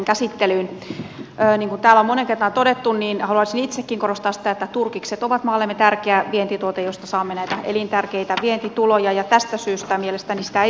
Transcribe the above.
niin kuin täällä on moneen kertaan todettu haluaisin itsekin korostaa sitä että turkikset ovat maallemme tärkeä vientituote josta saamme näitä elintärkeitä vientituloja ja tästä syystä mielestäni sitä ei voi kieltää